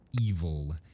Evil